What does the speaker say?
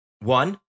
One